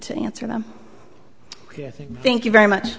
to answer them thank you very much